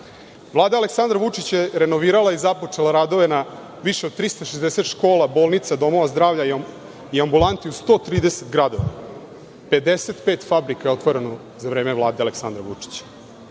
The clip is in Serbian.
manje. Vlada Aleksandra Vučića je renovirala i započela radove na više od 360 škola, bolnica, domova zdravlja i ambulanti u 130 gradova, 55 fabrika je otvoreno za vreme Vlade Aleksandra Vučića. Srbija